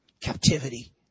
captivity